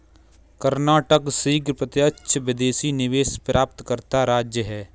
कर्नाटक शीर्ष प्रत्यक्ष विदेशी निवेश प्राप्तकर्ता राज्य है